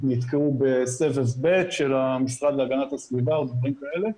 שנתקעו בסבב ב' של המשרד להגנת הסביבה או דברים כאלה,